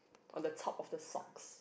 on the top of the socks